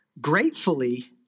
gratefully